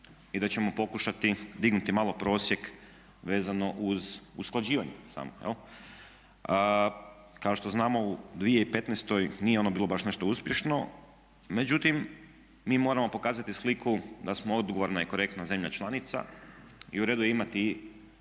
i da ćemo pokušati dignuti malo prosjek vezano uz usklađivanje samo. Kao što znamo u 2015. nije ono bilo baš nešto uspješno. Međutim, mi moramo pokazati sliku da smo odgovorna i korektna zemlja članica i u redu je imati